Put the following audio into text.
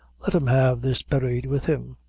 let him have this buried with him.